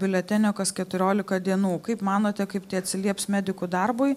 biuletenio kas keturiolika dienų kaip manote kaip tai atsilieps medikų darbui